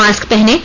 mask पहनें